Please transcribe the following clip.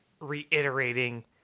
reiterating